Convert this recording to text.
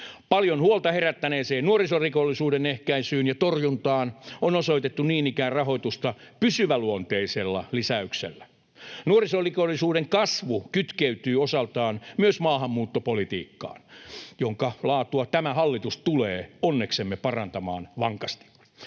Paljon huolta herättäneeseen nuorisorikollisuuden ehkäisyyn ja torjuntaan on osoitettu niin ikään rahoitusta pysyväluonteisella lisäyksellä. Nuorisorikollisuuden kasvu kytkeytyy osaltaan myös maahanmuuttopolitiikkaan, jonka laatua tämä hallitus tulee onneksemme parantamaan vankasti.